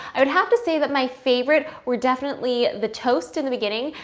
i would have to say that my favorite were definitely the toast in the beginning.